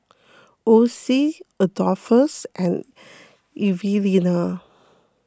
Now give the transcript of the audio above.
Ossie Adolphus and Evelena